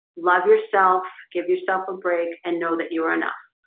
love yourself give yourself a break and know that you are enough.